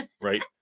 Right